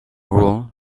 rule